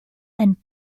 and